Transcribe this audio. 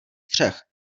střech